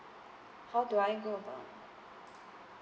how do I go about